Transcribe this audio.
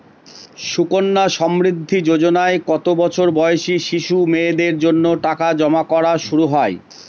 সুকন্যা সমৃদ্ধি যোজনায় কত বছর বয়সী শিশু মেয়েদের জন্য টাকা জমা করা শুরু হয়?